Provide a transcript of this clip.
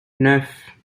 neuf